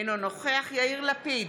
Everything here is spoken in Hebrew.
אינו נוכח יאיר לפיד,